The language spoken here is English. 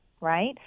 right